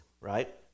right